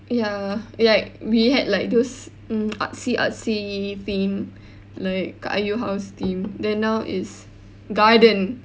ya like we had like those mm artsy artsy theme like kak Ayu house theme then now is garden